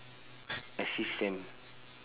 assist them